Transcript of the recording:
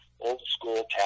old-school